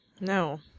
No